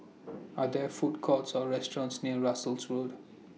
Are There Food Courts Or restaurants near Russels Road